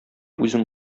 үзең